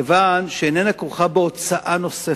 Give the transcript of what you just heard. מכיוון שאיננה כרוכה בהוצאה נוספת.